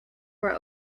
were